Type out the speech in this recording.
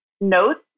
notes